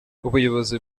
ubuyobozi